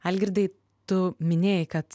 algirdai tu minėjai kad